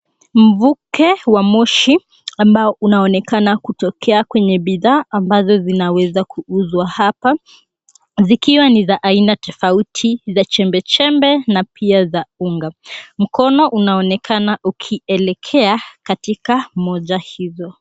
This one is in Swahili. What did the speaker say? Mvuke wa moshi ambao unaonekana kutokea kwenye bidhaa ambazo zinaweza kuuzwa hapa. Zikiwa ni za aina tofauti za chembechembe na pia za unga. Mkono unaonekana ukielekea katika moja hizo.